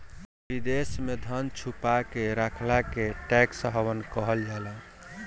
विदेश में धन छुपा के रखला के टैक्स हैवन कहल जाला